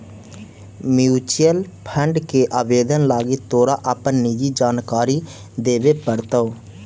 mutual fund के आवेदन लागी तोरा अपन निजी जानकारी देबे पड़तो